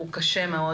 הוא קשה מאוד,